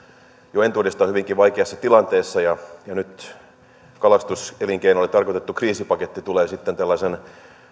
jo entuudestaan hyvinkin vaikeassa tilanteessa ja nyt kalastuselinkeinolle tarkoitettu kriisipaketti tulee sitten tällaisen